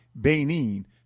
Benin